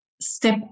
step